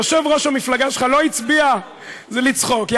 יושב-ראש המפלגה שלך לא הצביע, אני בוחר לצחוק.